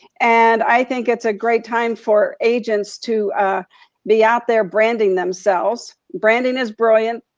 and i think it's a great time for agents to be out there branding themselves. branding is brilliant.